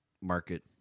market